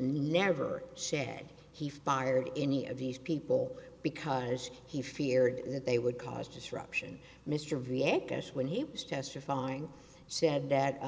never said he fired any of these people because he feared that they would cause disruption mr v a because when he was testifying said that